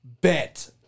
Bet